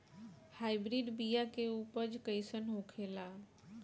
Hybrid बीया के उपज कैसन होखे ला?